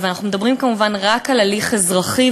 ואנחנו מדברים כמובן רק על הליך אזרחי,